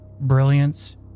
brilliance